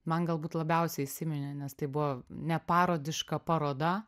man galbūt labiausiai įsiminė nes tai buvo neparodiška paroda